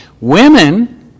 women